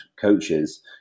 coaches